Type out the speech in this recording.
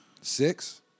six